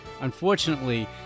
Unfortunately